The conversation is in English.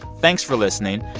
thanks for listening.